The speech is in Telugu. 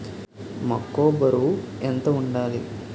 మొక్కొ బరువు ఎంత వుండాలి?